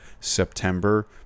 September